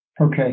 Okay